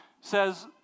says